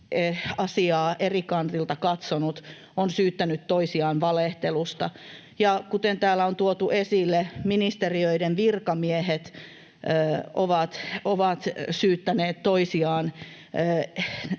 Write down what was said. asiaa eri kantilta katsonut on syyttänyt toisiaan valehtelusta. Ja kuten täällä on tuotu esille, ministeriöiden virkamiehet ovat syyttäneet toisiaan